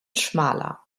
schmaler